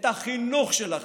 את החינוך שלכם,